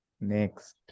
next